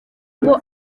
ngo